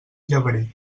llebrer